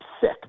sick